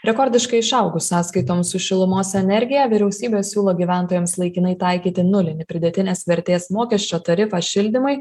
rekordiškai išaugus sąskaitoms už šilumos energiją vyriausybė siūlo gyventojams laikinai taikyti nulinį pridėtinės vertės mokesčio tarifą šildymui